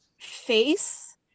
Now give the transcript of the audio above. face